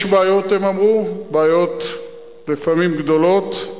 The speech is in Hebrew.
יש בעיות, הם אמרו, לפעמים בעיות גדולות,